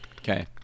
Okay